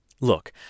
Look